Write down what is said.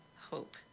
hope